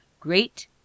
Great